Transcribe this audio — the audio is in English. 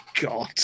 God